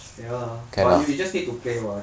ya but you you just need to play [what]